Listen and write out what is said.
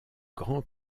grand